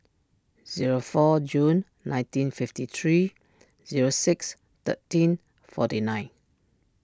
zero four June nineteen fifty three zero six thirteen forty nine